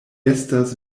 estas